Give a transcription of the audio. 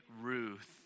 Ruth